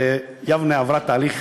יבנה עברה תהליך